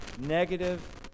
negative